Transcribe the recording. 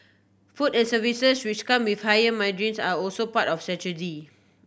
food and services which come with higher margins are also part of the strategy